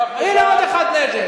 אנחנו בעד, הנה עוד אחד נגד.